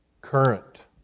current